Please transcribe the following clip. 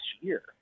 year